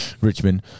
Richmond